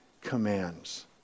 commands